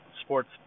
Sports